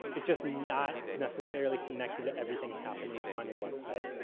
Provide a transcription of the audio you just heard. it's just not necessarily connected to everything happening on your website.